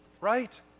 Right